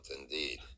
indeed